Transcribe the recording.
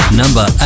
number